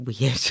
weird